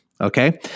okay